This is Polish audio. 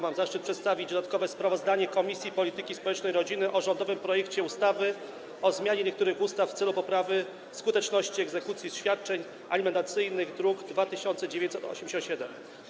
Mam zaszczyt przedstawić dodatkowe sprawozdanie Komisji Polityki Społecznej i Rodziny o rządowym projekcie ustawy o zmianie niektórych ustaw w celu poprawy skuteczności egzekucji świadczeń alimentacyjnych, druk nr 2987.